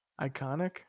Iconic